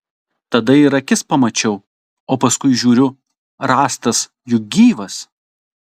tada ir akis pamačiau o paskui žiūriu rąstas juk gyvas